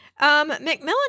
mcmillan